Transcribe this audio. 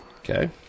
Okay